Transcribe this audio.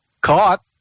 Caught